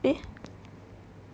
!ee!